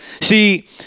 See